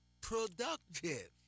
productive